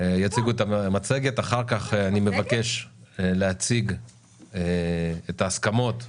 אחר כך אני מבקש להציג את ההסכמות שהושגו.